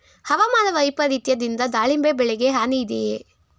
ಹವಾಮಾನ ವೈಪರಿತ್ಯದಿಂದ ದಾಳಿಂಬೆ ಬೆಳೆಗೆ ಹಾನಿ ಇದೆಯೇ?